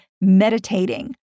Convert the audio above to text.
meditating